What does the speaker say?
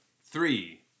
three